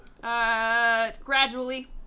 Gradually